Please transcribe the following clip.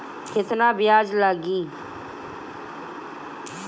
केतना ब्याज लागी?